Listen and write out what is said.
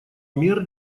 мер